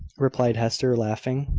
replied hester, laughing.